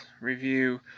review